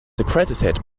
accredited